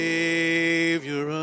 Savior